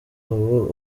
ubu